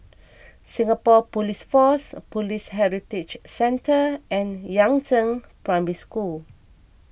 Singapore Police Force Police Heritage Centre and Yangzheng Primary School